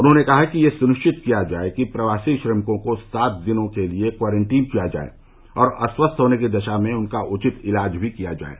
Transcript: उन्होंने कहा कि यह सुनिश्चित किया जाये कि प्रवासी श्रमिकों को सात दिन के लिये क्वारेंटीन किया जाये और अस्वस्थ होने की दशा में उनका उचित इलाज भी किया जाये